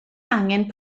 angen